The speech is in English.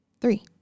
Three